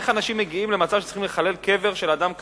איך אנשים מגיעים למצב שהם צריכים לחלל קבר של אדם קדוש?